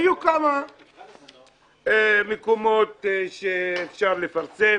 היו כמה מקומות שאפשר לפרסם,